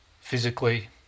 physically